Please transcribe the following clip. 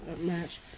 match